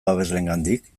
babesleengandik